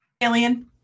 Alien